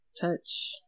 Touch